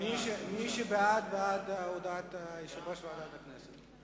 מי שבעד, בעד הודעת יושב-ראש ועדת הכנסת.